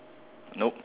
nope